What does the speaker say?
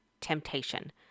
temptation